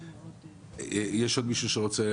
יש עוד מישהו שרוצה